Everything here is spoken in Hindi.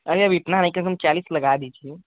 अरे अब इतना ही कम चालीस लगा दीजिये